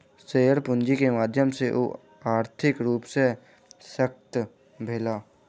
share पूंजी के माध्यम सॅ ओ आर्थिक रूप सॅ शशक्त भेला